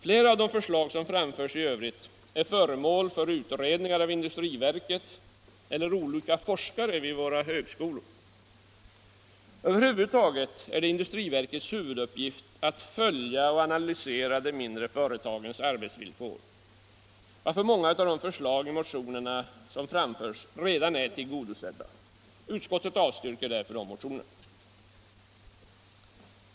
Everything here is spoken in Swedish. Flera av de förslag som framförs i övrigt är föremål för utredningar av industriverket eller olika forskare vid våra högskolor. Över huvud taget är det industriverkets huvuduppgift att följa och analysera de mindre företagens arbetsvillkor, varför många av förslagen i motionerna redan är tillgodosedda. Utskottet avstyrker därför dessa motioner.